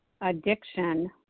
addiction